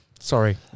Sorry